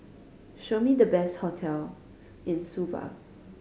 show me the best hotels in Suva